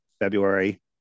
February